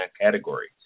category